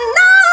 no